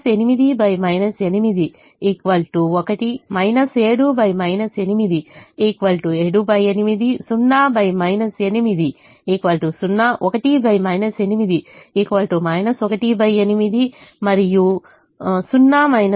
8 8 1 7 8 78 0 8 1 8 1 8 మరియు 8 5